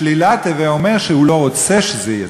"שלילת" הווי אומר שהוא לא רוצה שזה יהיה,